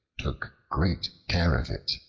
took great care of it.